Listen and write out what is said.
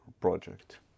project